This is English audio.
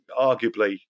arguably